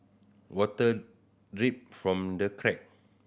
water drip from the crack